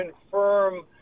confirm